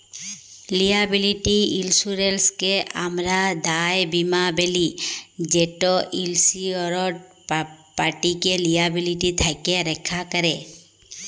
liability ইলসুরেলসকে আমরা দায় বীমা ব্যলি যেট ইলসিওরড পাটিকে লিয়াবিলিটি থ্যাকে রখ্যা ক্যরে